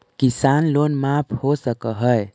किसान लोन माफ हो सक है?